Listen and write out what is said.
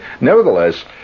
nevertheless